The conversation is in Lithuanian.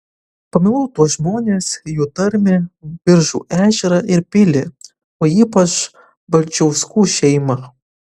pamilau tuos žmones jų tarmę biržų ežerą ir pilį o ypač balčiauskų šeimą